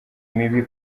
mibi